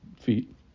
feet